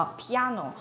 piano